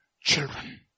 children